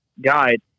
guide